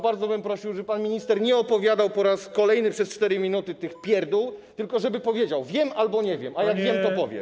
Bardzo bym prosił, żeby pan minister nie opowiadał po raz kolejny przez 4 minuty tych pierdół, tylko żeby powiedział: wiem albo nie wiem, a jak wiem, to powiem.